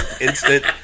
instant